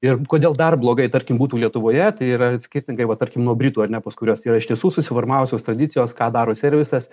ir kodėl dar blogai tarkim būtų lietuvoje tai yra skirtingai va tarkim nuo britų ar ne pas kuriuos yra iš tiesų susiformavusios tradicijos ką daro servisas